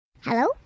Hello